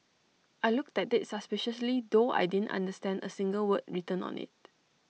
I looked at IT suspiciously though I didn't understand A single word written on IT